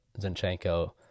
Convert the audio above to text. Zinchenko